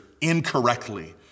incorrectly